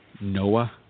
Noah